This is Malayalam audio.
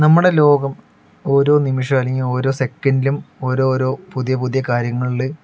നമ്മുടെ ലോകം ഓരോ നിമിഷവും അല്ലെങ്കിൽ ഓരോ സെക്കണ്ടിലും ഓരോ പുതിയ പുതിയ കാര്യങ്ങളിൽ